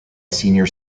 senior